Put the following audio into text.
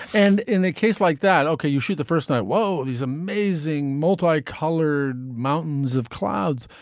and in a case like that, okay, you shoot the first night. well, these amazing multi-color mountains of clouds.